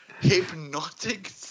hypnotic